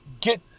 get